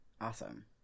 awesome